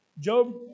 Job